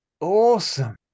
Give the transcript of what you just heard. awesome